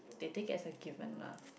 they take it as a given lah